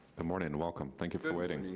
ah morning and welcome. thank you for waiting.